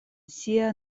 sia